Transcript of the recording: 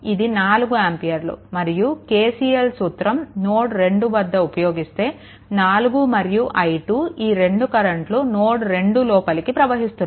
ఇది 4 ఆంపియర్లు మరియు KCL సూత్రం నోడ్2 వద్ద ఉపయోగిస్తే 4 మరియు i2 ఈ రెండు కరెంట్లు నోడ్2 లోపలికి ప్రవహిస్తున్నాయి